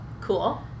cool